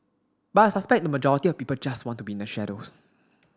but I suspect the majority of people just want to be in the shadows